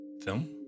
film